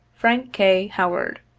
frank k. howard,